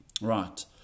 Right